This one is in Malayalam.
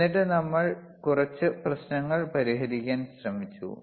എന്നിട്ട് നമ്മൾ കുറച്ച് പ്രശ്നങ്ങൾ പരിഹരിക്കാൻ ശ്രമിച്ചു